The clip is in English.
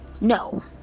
no